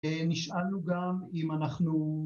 ‫ונשאלנו גם אם אנחנו...